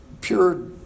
pure